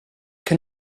que